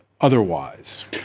otherwise